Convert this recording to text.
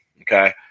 okay